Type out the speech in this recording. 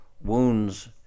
wounds